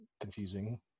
confusing